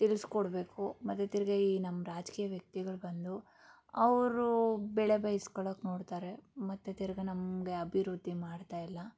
ತಿಳಿಸ್ಕೊಡ್ಬೇಕು ಮತ್ತು ತಿರ್ಗಿ ಈ ನಮ್ಮ ರಾಜಕೀಯ ವ್ಯಕ್ತಿಗಳು ಬಂದು ಅವರು ಬೇಳೆ ಬೇಯಿಸ್ಕೊಳ್ಳಕ್ಕೆ ನೋಡ್ತಾರೆ ಮತ್ತು ತಿರ್ಗಿ ನಮಗೆ ಅಭಿವೃದ್ಧಿ ಮಾಡ್ತಾ ಇಲ್ಲ